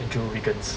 andrew wiggins